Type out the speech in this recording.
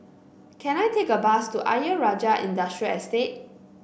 can I take a bus to Ayer Rajah Industrial Estate